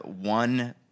one